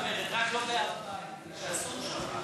מה שאת אומרת, רק לא בהר-הבית, כי אסור שם,